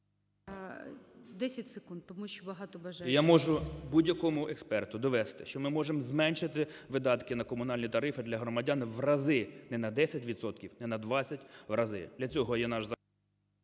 я можу будь-якому експерту довести, що ми зможемо зменшити видатки на комунальні тарифи для громадян в рази, не на 10 відсотків, не на 20, в рази.